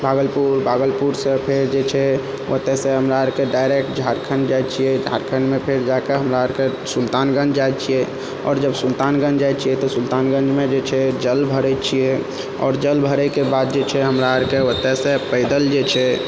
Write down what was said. भागलपुर भागलपुरसँ फेर जाइ छै ओतयसँ हमरारीके डायरेक्ट झारखण्ड जाइ छियै झारखण्डमे फेर जाकऽ हमरारीके सुल्तानगञ्ज जाइ छियै आओर जब सुल्तानगञ्ज जाइ छियै तऽ सुल्तानगञ्जमे जाइ छै जल भरै छियै आओर जल भरैके बाद जाइ छै हमरारीके ओतयसँ पैदल जाइ छै